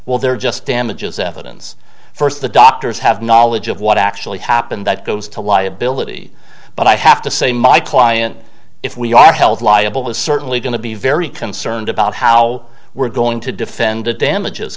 well they're just damages evidence first the doctors have knowledge of what actually happened that goes to liability but i have to say my client if we are held liable is certainly going to be very concerned about how we're going to defend the damages